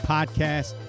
Podcast